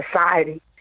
society